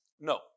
No